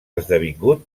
esdevingut